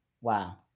Wow